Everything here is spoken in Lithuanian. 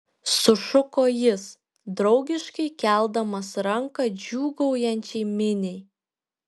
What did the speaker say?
sušuko jis draugiškai keldamas ranką džiūgaujančiai miniai